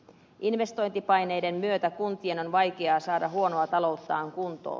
investointipaineiden myötä kuntien on vaikeaa saada huonoa talouttaan kuntoon